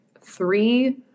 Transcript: three